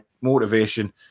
motivation